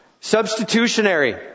Substitutionary